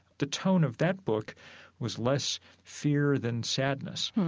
the tone of that book was less fear than sadness